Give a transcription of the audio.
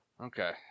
Okay